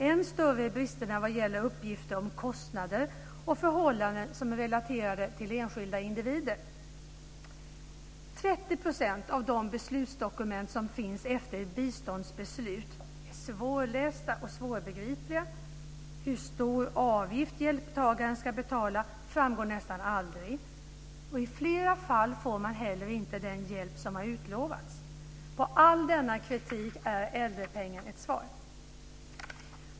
Än större är bristerna vad gäller uppgifter om kostnader och förhållanden som är relaterade till enskilda individer. 30 % av de beslutsdokument som finns efter biståndsbeslut är svårlästa och svårbegripliga. Hur stor avgift hjälptagaren ska betala framgår nästan aldrig. I flera fall får man heller inte den hjälp som har utlovats. På all denna kritik är äldrepengen ett svar.